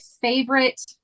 favorite